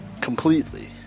Completely